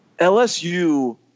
LSU